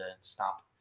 stop